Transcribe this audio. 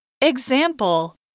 Example